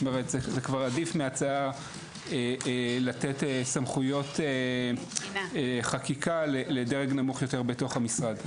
עדיף מההצעה לתת סמכויות חקיקה לדרג נמוך יותר בתוך המשרד.